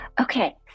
Okay